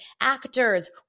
actors